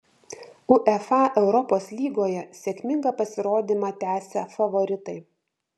uefa europos lygoje sėkmingą pasirodymą tęsia favoritai